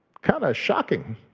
kinda shocking